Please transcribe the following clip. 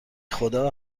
خدا